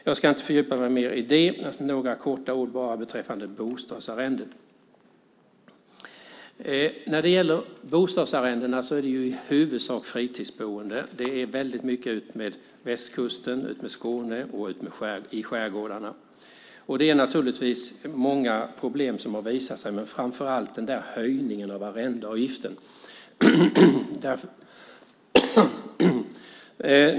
Jag ska inte fördjupa mig mer i det, utan bara säga några korta ord beträffande bostadsarrenden. När det gäller bostadsarrendena handlar det i huvudsak om fritidsboende, väldigt mycket utmed västkusten, i Skåne och i skärgårdarna. Det är naturligtvis många problem som har visat sig, men framför allt är det höjningen av arrendeavgiften.